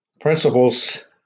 Principles